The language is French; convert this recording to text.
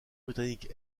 britannique